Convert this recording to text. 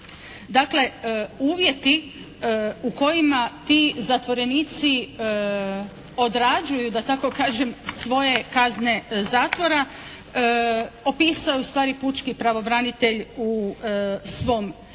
Dakle, uvjeti u kojima ti zatvorenici odrađuju da tako kažem svoje kazne zatvora opisao je ustvari pučki pravobranitelj u svom izvješću.